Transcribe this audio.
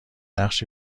نقش